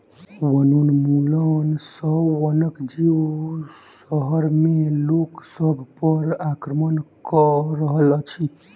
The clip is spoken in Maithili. वनोन्मूलन सॅ वनक जीव शहर में लोक सभ पर आक्रमण कअ रहल अछि